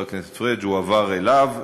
חבר הכנסת פריג' הועבר אליו.